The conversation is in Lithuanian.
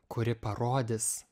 kuri parodys